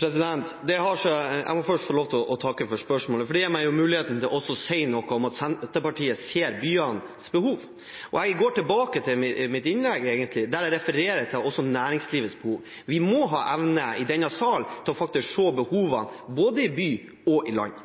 Jeg må først få lov til å takke for spørsmålet, for det gir meg muligheten til også å si noe om at Senterpartiet ser byenes behov. Jeg vil gå tilbake til mitt innlegg der jeg refererer til næringslivets behov. Vi må ha evne i denne sal til faktisk å se behovene i både by og land.